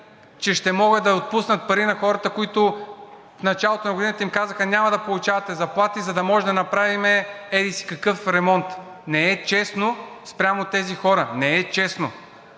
че ще могат да отпуснат пари на хората, на които в началото на годината им казаха – няма да получавате заплати, за да може да направим еди-си какъв ремонт. Не е честно спрямо тези хора – не е честно.